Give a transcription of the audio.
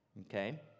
Okay